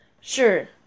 Sure